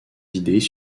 idées